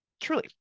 truly